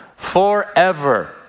Forever